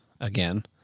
again